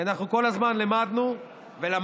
כי אנחנו כל הזמן לימדנו ולמדנו: